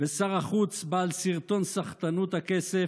ושר החוץ, בעל סרטון סחטנות הכסף,